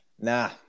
Nah